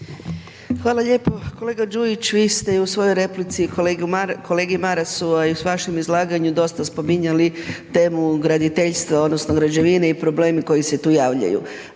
Hvala lijepo. Kolega Đujić vi ste u svojoj replici kolegi Marasu, a i u vašem izlaganju dosta spominjali temu graditeljstva odnosno građevine i problemi koji se tu javljaju.